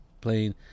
playing